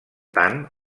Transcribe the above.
tant